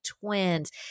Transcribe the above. Twins